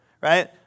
right